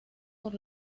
por